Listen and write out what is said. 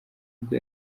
ubwo